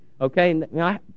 Okay